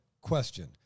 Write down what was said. question